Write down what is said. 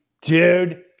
dude